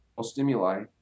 stimuli